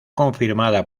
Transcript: confirmada